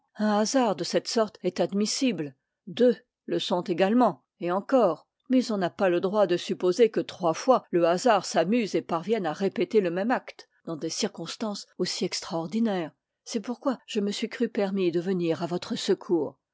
un hasard de cette sorte est admissible deux le sont également et encore mais on n'a pas le droit de supposer que trois fois le hasard s'amuse et parvienne à répéter le même acte dans des circonstances aussi extraordinaires c'est pourquoi je me suis cru permis de venir à votre secours